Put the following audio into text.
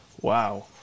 Wow